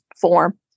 form